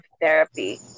therapy